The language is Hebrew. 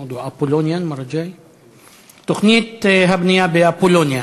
נעבור להצעות לסדר-היום בנושא: תוכנית הבנייה באפולוניה,